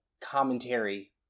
commentary